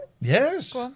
Yes